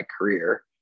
career